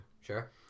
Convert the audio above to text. Sure